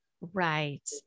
Right